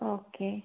okay